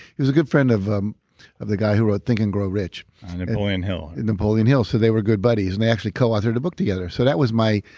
he was a good friend of ah of the guy who wrote think and grow rich napoleon hill. napoleon hill. so they were good buddies and they actually coauthored a book together. so, that was my.